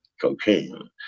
cocaine